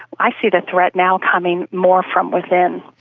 i see the threat now coming more from within.